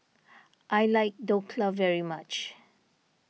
I like Dhokla very much